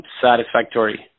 satisfactory